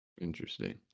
Interesting